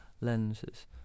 lenses